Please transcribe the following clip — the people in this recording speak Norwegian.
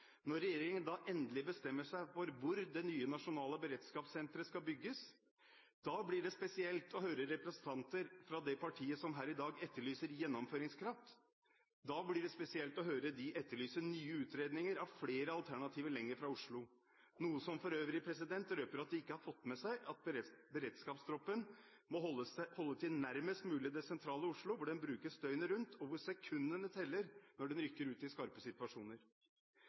når regjeringen endelig – etter elleve år med utallige utredninger av tomtevalg, etter mye kritikk for ubesluttsomhet og etter at 22. juli-komiteen hadde bedt om fortgang i saken – bestemmer seg for hvor det nye nasjonale beredskapssenteret skal bygges, da blir det spesielt å høre representanter fra det partiet som her i dag etterlyser gjennomføringskraft, etterlyse nye utredninger av flere alternativer lenger fra Oslo. Det røper for øvrig også at de ikke har fått med seg at beredskapstroppen må holde til nærmest mulig det sentrale Oslo hvor den brukes døgnet rundt, og hvor sekundene teller når den rykker ut